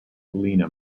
helena